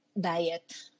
Diet